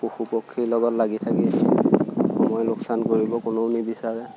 পশু পক্ষীৰ লগত লাগি থাকি সময় লোকচান কৰিব কোনেও নিবিচাৰে